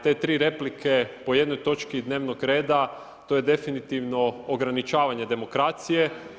Te tri replike po jednoj točki dnevnog reda to je definitivno ograničavanje demokracije.